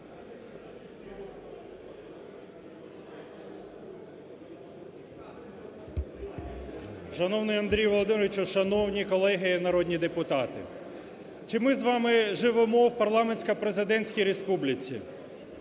Шановний Андрій Володимирович! Шановні колеги народні депутати! Чи ми з вами живемо в парламентсько-президентській республіці?